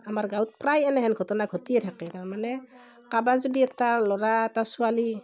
আমাৰ গাঁৱত প্ৰায় এনেহেন ঘটনা ঘটিয়ে থাকে তাৰমানে কাবাৰ যদি এটা ল'ৰা এটা ছোৱালী